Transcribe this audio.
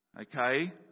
Okay